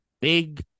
big